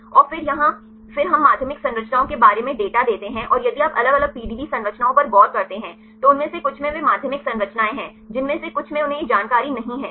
और फिर यहां फिर हम माध्यमिक संरचनाओं के बारे में डेटा देते हैं और यदि आप अलग अलग पीडीबी संरचनाओं पर गौर करते हैं तो उनमें से कुछ में वे माध्यमिक संरचनाएं हैं जिनमें से कुछ में उन्हें यह जानकारी नहीं है